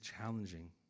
challenging